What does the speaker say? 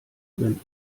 drin